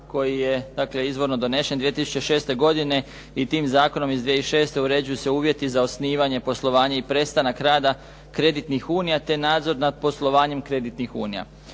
koji je dakle, izvorno donesen 2006. godine i tim zakonom iz 2006. uređuju se uvjeti za osnivanje poslovanja i prestanak rada kreditnih unija te nadzor nad poslovanjem kreditnih unija.